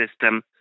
system